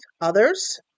others